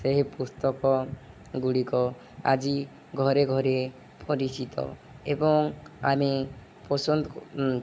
ସେହି ପୁସ୍ତକ ଗୁଡ଼ିକ ଆଜି ଘରେ ଘରେ ପରିଚିତ ଏବଂ ଆମେ ପସନ୍ଦ